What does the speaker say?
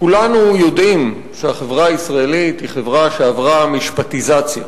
כולנו יודעים שהחברה הישראלית היא חברה שעברה משפטיזציה,